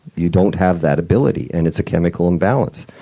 you don't have that ability, and it's a chemical imbalance.